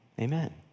Amen